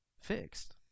fixed